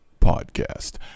podcast